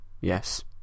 yes